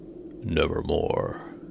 Nevermore